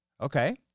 Okay